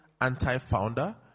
anti-founder